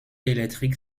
électrique